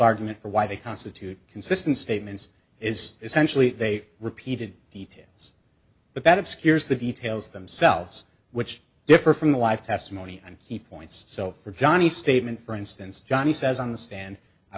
argument for why they constitute consistent statements is essentially a repeated details but that obscures the details themselves which differ from the live testimony and key points so for johnny statement for instance johnny says on the stand i